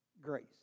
grace